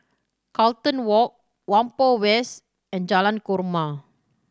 Carlton Walk Whampoa West and Jalan Korma